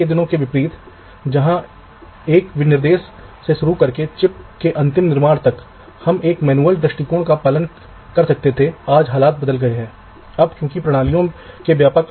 तो आपको उन सभी को शक्ति और जमीन खिलानी होगी लेकिन क्लॉक रूटिंग से एक अंतर है